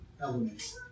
elements